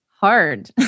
hard